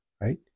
right